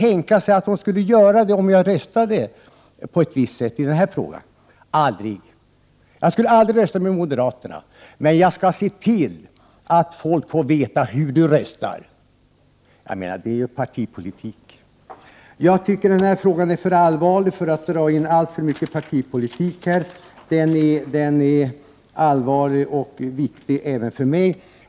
Jag frågade vidare om hon kunde tänka sig göra det om jag röstade på ett visst sätt i den här frågan. Nej, det skulle hon aldrig kunna tänka sig. Hon skulle aldrig rösta med moderaterna, men hon skulle se till att folk får veta hur jag röstar. Jag menar att detta är partipolitik. Jag anser att den här frågan är alltför allvarlig för att man skall blanda in partipolitik i den. Den är allvarlig och viktig även för mig.